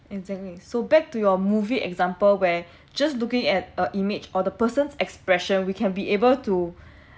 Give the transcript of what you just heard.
exactly so back to your movie example where just looking at uh image or the person's expression we can be able to